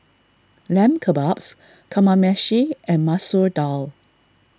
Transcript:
Lamb Kebabs Kamameshi and Masoor Dal